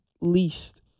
least